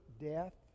death